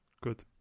Good